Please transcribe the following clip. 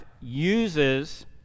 uses